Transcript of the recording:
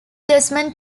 desmond